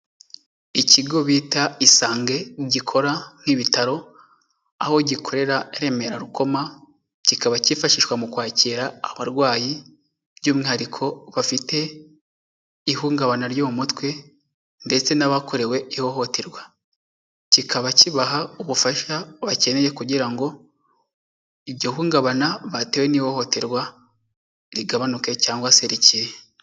Ikigo bita Isange gikora nk'ibitaro aho gikorera Remera Rukoma, kikaba cyifashishwa mu kwakira abarwayi, by'umwihariko bafite ihungabana ryo mu mutwe, ndetse n'abakorewe ihohoterwa, kikaba kibaha ubufasha bakeneye kugira ngo iryo hungabana batewe n'ihohoterwa rigabanuke cyangwa se rikire.